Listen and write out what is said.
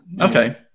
okay